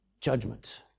judgment